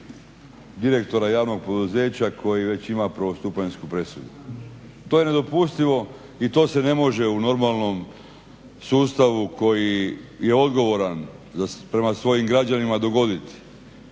direktora javnog poduzeća koji već ima prvostupanjsku presudu. To je nedopustivo i to se ne može u normalnom sustavu koji je odgovoran prema svojim građanima dogoditi.